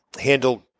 handled